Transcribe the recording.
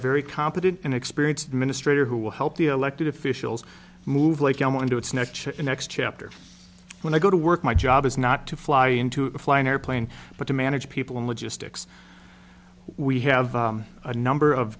a very competent and experience administrator who will help the elected officials move like i want to its next next chapter when i go to work my job is not to fly into a flying airplane but to manage people in logistics we have a number of